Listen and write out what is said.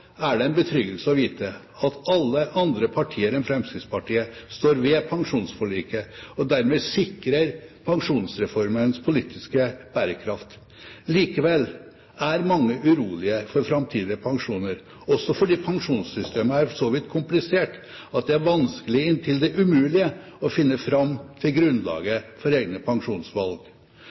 er det en betryggelse å vite at alle andre partier enn Fremskrittspartiet står ved pensjonsforliket og dermed sikrer pensjonsreformens politiske bærekraft. Likevel er mange urolige for framtidige pensjoner, også fordi pensjonssystemet er så vidt komplisert at det er vanskelig – inntil det umulige – å finne fram til grunnlaget for egne pensjonsvalg.